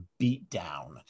beatdown